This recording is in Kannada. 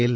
ಎಲ್